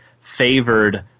favored